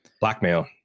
blackmail